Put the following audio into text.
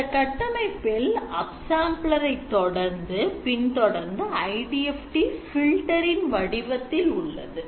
இந்தக் கட்டமைப்பில் upsampler ஐ பின் தொடர்ந்து IDFT filters இன் வடிவத்தில் உள்ளது